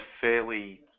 fairly